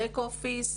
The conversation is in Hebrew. בק אופיס,